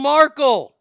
Markle